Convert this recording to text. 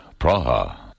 Praha